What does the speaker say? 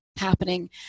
happening